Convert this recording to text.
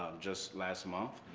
um just last month,